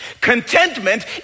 Contentment